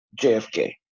JFK